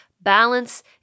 Balance